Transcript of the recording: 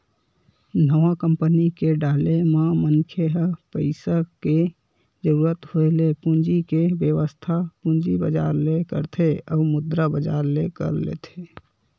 नवा कंपनी के डाले म मनखे ह पइसा के जरुरत होय ले पूंजी के बेवस्था पूंजी बजार ले करथे अउ मुद्रा बजार ले कर लेथे